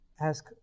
ask